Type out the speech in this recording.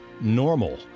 normal